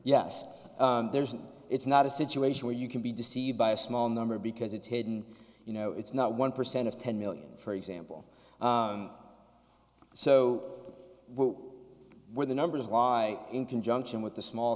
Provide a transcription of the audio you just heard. yes there's it's not a situation where you can be deceived by a small number because it's hidden you know it's not one percent of ten million for example so what were the numbers why in conjunction with the small